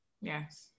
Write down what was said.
Yes